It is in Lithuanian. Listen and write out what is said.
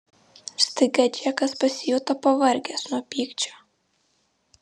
staiga džekas pasijuto pavargęs nuo pykčio